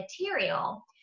material